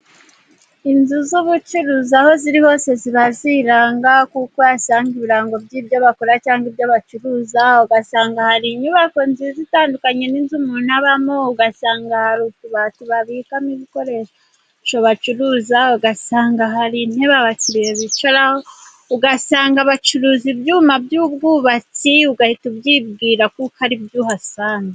Inzu z'ubucuruzi aho ziri hose ziba ziranga kuko uhasanga ibirango by'ibyo bakora cyangwa ibyo bacuruza, ugasanga hari inyubako nziza itandukanye n'inzu umuntu abamo, ugasanga babikamo ibikoresho bacuruza ugasanga hari intebe abakiriya bicaraho, ugasanga bacuruza ibyuma by'ubwubatsi ugahita ubyibwira kuko ari byo uhasanga.